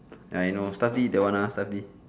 ya I know stuff D that one uh stuff D